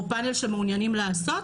או פאנל שמעוניינים לעשות.